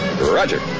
Roger